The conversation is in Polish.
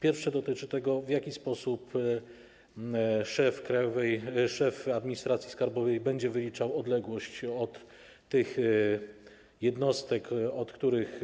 Pierwsze dotyczy tego, w jaki sposób szef Krajowej Administracji Skarbowej będzie wyliczał odległość od tych jednostek, od których